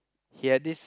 he had this